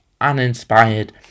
uninspired